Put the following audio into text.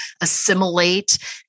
assimilate